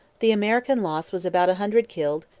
the american loss was about a hundred killed,